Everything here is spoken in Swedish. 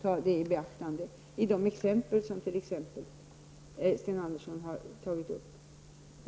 ta den praktiska tillämpningen i beaktande. Detta gäller bl.a. de exempel som Sten Andersson har tagit upp.